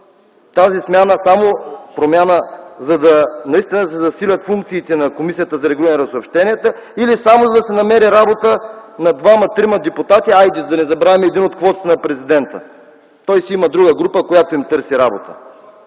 направена наистина за да се засилят функциите на Комисията за регулиране на съобщенията или само за да се намери работа на двама-трима депутати, да не забравяме и един от квотата на президента – той си има друга група, на която търси работа.